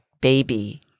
baby